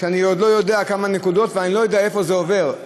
ואני עוד לא יודע כמה נקודות ואני לא יודע איפה זה עובר.